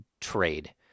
trade